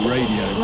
Radio